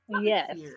Yes